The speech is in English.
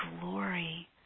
glory